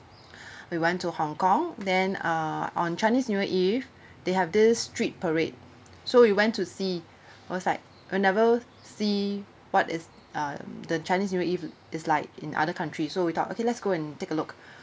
we went to hong kong then uh on chinese new year eve they have this street parade so we went to see was like uh never see what is um the chinese new year eve is like in other countries so we talk okay let's go and take a look